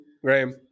graham